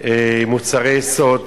מוצרי יסוד,